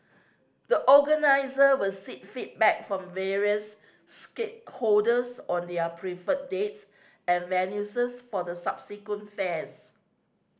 the organiser will seek feedback from various stakeholders on their preferred dates and for the subsequent fairs